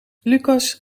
lucas